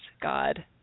God